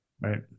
right